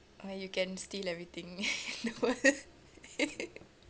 or you can steal everything in the world